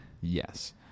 Yes